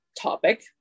topic